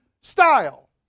style